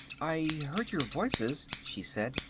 i heard your voices, she said,